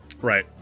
right